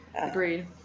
Agreed